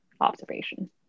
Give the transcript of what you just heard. observation